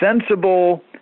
sensible